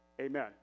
Amen